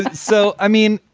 so, i mean,